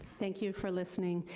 thank you for listening,